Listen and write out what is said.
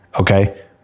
Okay